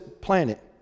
planet